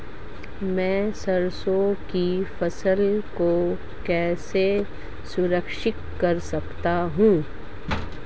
मैं सरसों की फसल को कैसे संरक्षित कर सकता हूँ?